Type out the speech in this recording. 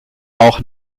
auch